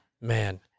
Man